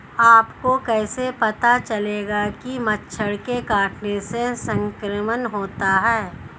आपको कैसे पता चलेगा कि मच्छर के काटने से संक्रमण होता है?